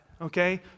okay